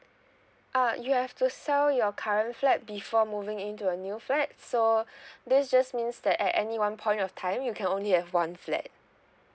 uh you have to sell your current flat before moving into a new flat so this just means that at any one point of time you can only have one flat